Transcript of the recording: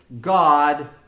God